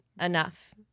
enough